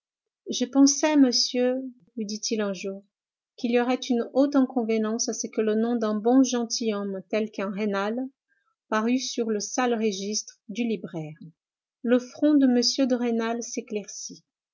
je pensais monsieur lui dit-il un jour qu'il y aurait une haute inconvenance à ce que le nom d'un bon gentilhomme tel qu'un rênal parût sur le sale registre du libraire le front de m de rênal s'éclaircit